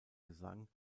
gesang